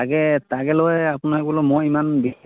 তাকে তাকে লৈ আপোনাক বোলো মই ইমান